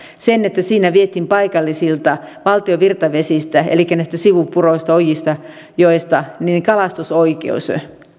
siinä vietiin paikallisilta valtion virtavesistä elikkä näistä sivupuroista ojista joista kalastusoikeus